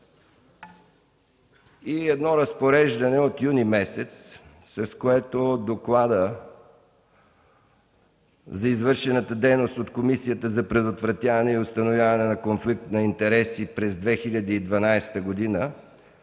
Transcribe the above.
и едно разпореждане от юни месец, с което докладът за извършената дейност от Комисията за предотвратяване и установяване на конфликт на интереси през 2012 г.